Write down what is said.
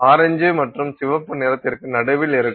orange மற்றும் சிவப்பு நிறத்திற்கு நடுவில் இருக்கும்